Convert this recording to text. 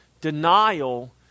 denial